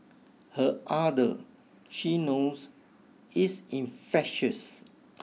her ardour she knows is infectious